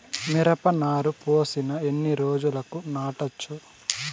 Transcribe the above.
మిరప నారు పోసిన ఎన్ని రోజులకు నాటచ్చు?